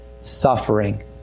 suffering